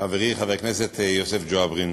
חברי חבר הכנסת יוסף ג'בארין,